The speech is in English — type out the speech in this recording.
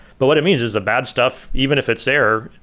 but what it means is the bad stuff, even if it's there,